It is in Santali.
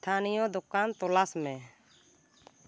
ᱥᱛᱷᱟᱱᱤᱭᱚ ᱫᱚᱠᱟᱱ ᱛᱚᱞᱟᱥ ᱢᱮ